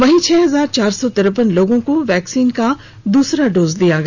वहीं छह हजार चार सौ तिरपन लोगों को वैक्सीन का सेकंड डोज दिया गया